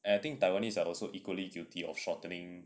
and I think taiwanese are also equally guilty of shortening